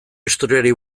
historiari